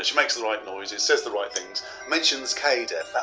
makes the right noises, says the right things mentions kay's